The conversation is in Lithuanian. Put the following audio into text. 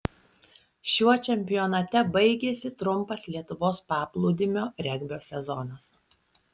šiuo čempionate baigėsi trumpas lietuvos paplūdimio regbio sezonas